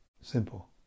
Simple